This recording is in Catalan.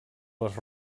les